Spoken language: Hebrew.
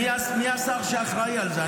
מי השר שאחראי לזה?